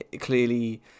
clearly